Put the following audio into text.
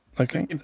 Okay